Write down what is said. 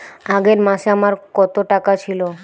আগের মাসে আমার কত টাকা ছিল?